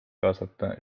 kaasata